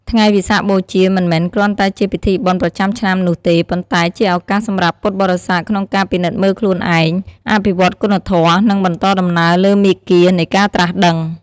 ថ្ងៃវិសាខបូជា មិនមែនគ្រាន់តែជាពិធីបុណ្យប្រចាំឆ្នាំនោះទេ ប៉ុន្តែជាឱកាសសម្រាប់ពុទ្ធបរិស័ទក្នុងការពិនិត្យមើលខ្លួនឯង អភិវឌ្ឍគុណធម៌ និងបន្តដំណើរលើមាគ៌ានៃការត្រាស់ដឹង។